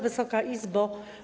Wysoka Izbo!